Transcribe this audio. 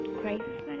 crisis